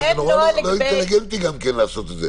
כי אין נוהל לגבי --- זה נורא לא אינטליגנטי גם כן לעשות את זה.